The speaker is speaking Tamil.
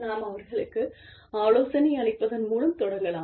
நாம் அவர்களுக்கு ஆலோசனை அளிப்பதன் மூலம் தொடங்கலாம்